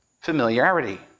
familiarity